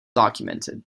documented